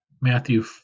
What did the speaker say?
Matthew